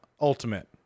ultimate